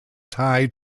tied